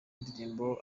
ndirimbo